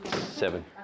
Seven